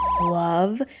love